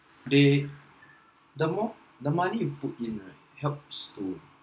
they the more the money you put in right helps too